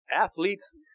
athletes